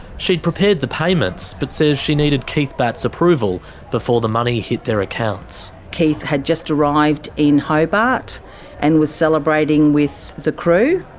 she'd prepared the payments, but says she needed keith batt's approval before the money hit their accounts. keith had just arrived in hobart and was celebrating with the crew,